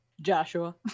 joshua